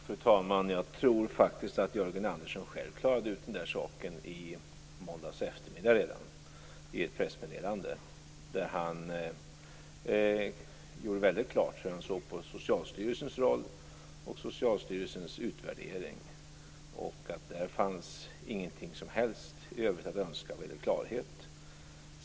Fru talman! Jag tror faktiskt att Jörgen Andersson själv klarade ut den här saken redan i måndags eftermiddag i ett pressmeddelande. Där gjorde han väldigt klart hur han såg på Socialstyrelsens roll och Socialstyrelsens utvärdering. Där fanns ingenting som helst i övrigt att önska vad gäller klarhet.